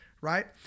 right